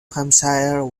hampshire